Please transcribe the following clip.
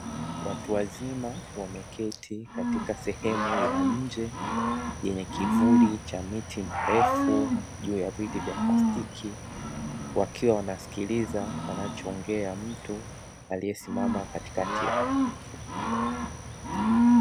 Watu wazima wameketi katika sehemu ya nje yenye kivuli cha miti mirefu juu ya viti vya plastiki, wakiwa wanasikiliza anachoongea mtu aliyesimama katikati yao.